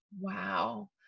wow